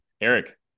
eric